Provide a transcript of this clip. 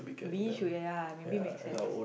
we should ya maybe make sense